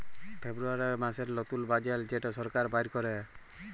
ফেব্রুয়ারী মাসের লতুল বাজেট যেট সরকার বাইর ক্যরে